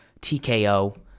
TKO